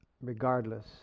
regardless